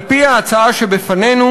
על-פי ההצעה שבפנינו